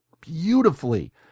beautifully